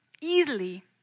Easily